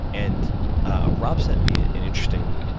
and ah robb sent me an interesting